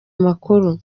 amakuru